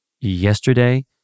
yesterday